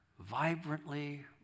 vibrantly